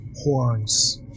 horns